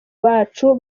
bacu